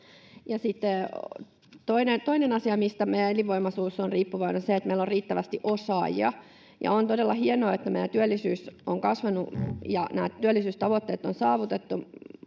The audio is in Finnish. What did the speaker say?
toinen asia, mistä meidän elinvoimaisuus on riippuvainen, on se, että meillä on riittävästi osaajia. On todella hienoa, että meidän työllisyys on kasvanut ja nämä työllisyystavoitteet on saavutettu,